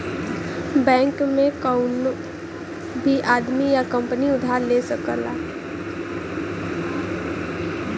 bank से कउनो भी आदमी या कंपनी उधार ले सकला